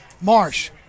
Marsh